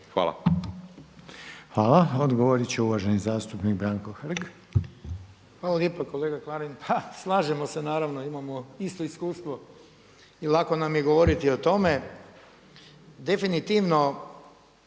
(HDZ)** Hvala. Odgovorit će uvaženi zastupnik Branko Hrg. **Hrg, Branko (HDS)** Hvala lijepa kolega Klarin. Pa slažemo se naravno, imamo isto iskustvo i lako nam je govoriti o tome. Definitivno